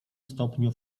stopniu